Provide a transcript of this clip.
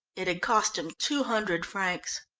it had cost him two hundred francs.